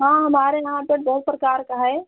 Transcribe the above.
हँ हमारे यहाँ तो बहुत प्रकार का है